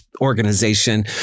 organization